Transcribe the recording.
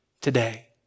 today